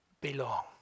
belong